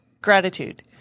gratitude